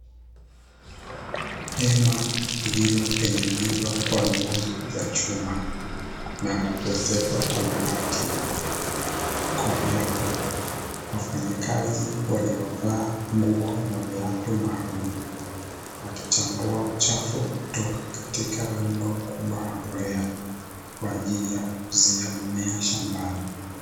Hema lililotengenezwa kwa nguzo za chuma na kuezekwa kwa mabati, koleo; wafanyakazi waliovaa nguo na viatu maalumu wakichambua uchafu kutoka katika lundo kubwa la mbolea kwa ajili ya kukuzia mimea shambani.